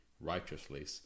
righteously